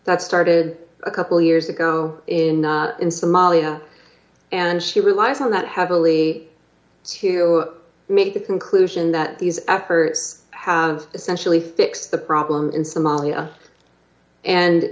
that started a couple years ago in in somalia and she relies on that heavily to make the conclusion that these efforts have essentially fixed the problem in somalia and